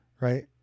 right